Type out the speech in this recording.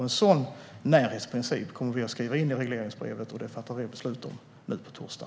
En sådan närhetsprincip kommer vi att skriva in i regleringsbrevet, och det fattar vi beslut om på torsdag.